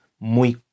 muy